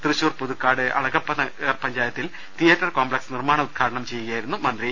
തൃശൂർ പുതുക്കാട് അളഗപ്പ നഗർ പഞ്ചാ യത്തിൽ theatre complex നിർമ്മാണ ഉദ്ഘാടനം ചെയ്യുകയായിരുന്നു മന്ത്രി